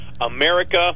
America